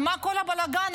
על מה כל הבלגן,